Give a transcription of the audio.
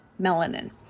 melanin